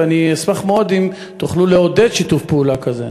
ואני אשמח מאוד אם תוכלו לעודד שיתוף פעולה כזה.